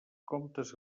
comptes